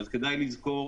יש לזכור,